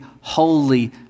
holy